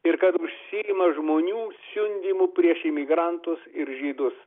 ir kad užsiima žmonių siundymu prieš imigrantus ir žydus